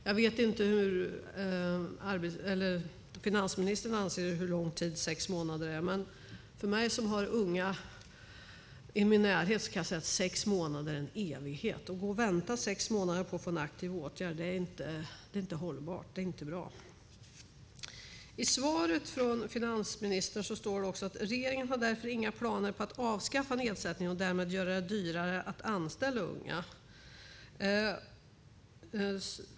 Jag vet inte hur lång tid finansministern anser att sex månader är, men för mig som har unga i min närhet är sex månader en evighet. Att gå och vänta i sex månader på att få en aktiv åtgärd är inte hållbart. Det är inte bra. I svaret från finansministern står att regeringen därför inte har några planer på att avskaffa nedsättningen och därmed göra det dyrare att anställa unga.